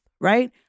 Right